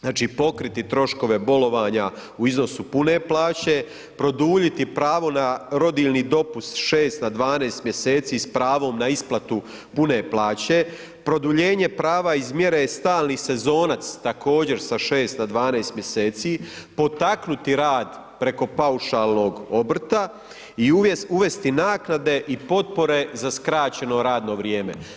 Znači pokriti troškove bolovanja u iznosu pune plaće, produljiti pravo na rodiljni dopust s 6 na 12 mjeseci s pravom na isplatu pune plaće, produljenje prava iz mjere „stalni sezonac“ također sa 6 na 12 mjeseci, potaknuti rad preko paušalnog obrta i uvesti naknade i potpore za skraćeno radno vrijeme.